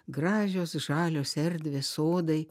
gražios žalios erdvės sodai